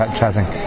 chatting